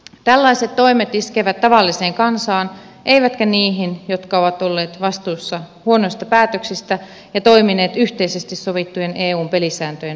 tällaiset toimet iskevät tavalliseen kansaan eivätkä niihin jotka ovat olleet vastuussa huonoista päätöksistä ja toimineet yhteisesti sovittujen eun pelisääntöjen vastaisesti